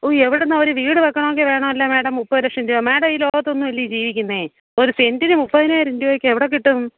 ഉയ് എവിടെ നിന്നാണ് ഒരു വീട് വെക്കണമെങ്കിൽ വേണമല്ലോ മേടം മുപ്പത് ലക്ഷം രൂപ മേടം ഈ ലോകത്തൊന്നുവല്ലേ ജീവിക്കുന്നത് ഒരു സെന്റിന് മുപ്പതിനായിരം രൂപയ്ക്ക് എവിടെ കിട്ടും